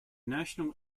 national